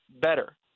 better